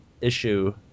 issue